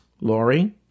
Lori